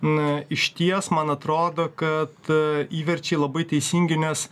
n išties man atrodo kad įverčiai labai teisingi nes